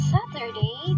Saturday